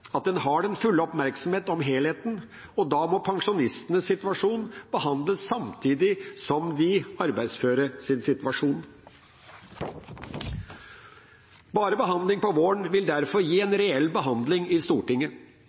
at en har den fulle oppmerksomhet om helheten, og da må pensjonistenes situasjon behandles samtidig som de arbeidsføres situasjon. Derfor vil bare behandling på våren gi en reell behandling i Stortinget.